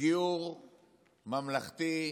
לגיור ממלכתי,